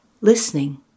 listening